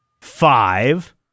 Five